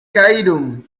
cairum